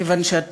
כיוון שאת